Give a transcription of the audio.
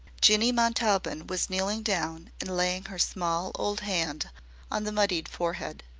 jinny montaubyn was kneeling down and laying her small old hand on the muddied forehead.